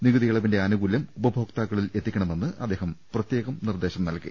നികുതിയിളവിന്റെ ആനുകൂല്യം ഉപഭോക്താക്കളിൽ എത്തണമെന്ന് അദ്ദേഹം പ്രത്യേകം നിർദേശം നൽകി